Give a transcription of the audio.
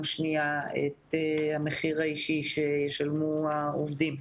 שנייה את המחיר האישי שישלמו העובדים.